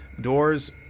doors